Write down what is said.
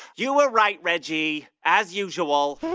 you were right, reggie, as usual